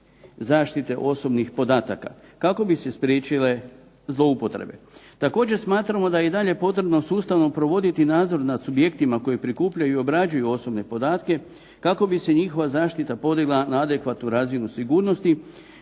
zaštite osobnih podataka kako bi se spriječile zloupotrebe. Također smatramo da je i dalje potrebno sustavno provoditi nadzor nad subjektima koji prikupljaju i obrađuju osobne podatke kako bi se njihova zaštita podigla na adekvatnu razinu sigurnosti